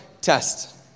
test